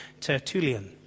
Tertullian